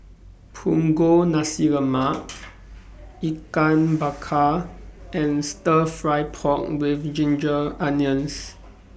Punggol Nasi Lemak Ikan Bakar and Stir Fry Pork with Ginger Onions